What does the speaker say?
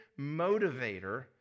motivator